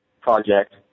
project